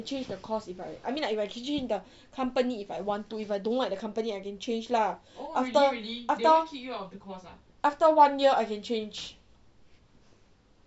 change the course if I I mean like I can change the company if I want to if I don't like the company I can change lah after after after one year I can change